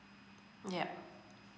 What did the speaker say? yup